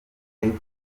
dufite